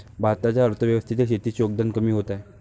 भारताच्या अर्थव्यवस्थेतील शेतीचे योगदान कमी होत आहे